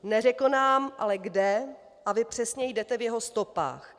Neřekl nám ale kde a vy přesně jdete v jeho stopách.